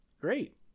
great